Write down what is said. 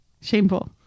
Shameful